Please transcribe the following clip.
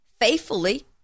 faithfully